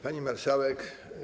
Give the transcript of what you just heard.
Pani Marszałek!